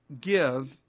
give